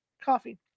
Coffee